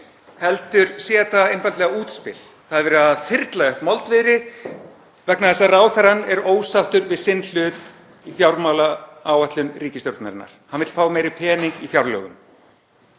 heldur sé þetta einfaldlega útspil. Það er verið að þyrla upp moldviðri vegna þess að ráðherrann er ósáttur við sinn hlut í fjármálaáætlun ríkisstjórnarinnar. Hann vill fá meiri pening í fjárlögum.